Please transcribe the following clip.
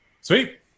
Sweet